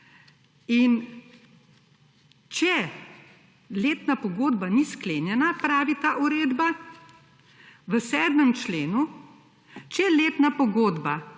In, če letna pogodba ni sklenjena, pravi ta uredba, v 7. členu, če letna pogodba